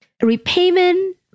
Repayment